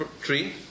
tree